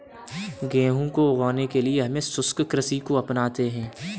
गेहूं को उगाने के लिए हम शुष्क कृषि को अपनाते हैं